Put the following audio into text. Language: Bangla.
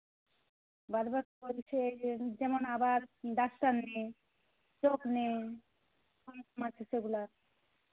বলছে যেমন আবার ডাক্তার নেই নেই